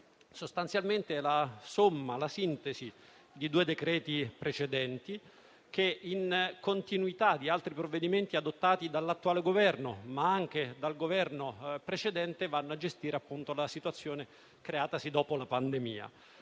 sostanzialmente la sintesi di due decreti precedenti che, in continuità con altri provvedimenti adottati dall'attuale Governo, ma anche dal Governo precedente, sono volti a gestire la situazione creatasi dopo la pandemia.